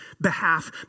behalf